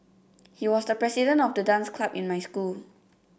he was the president of the dance club in my school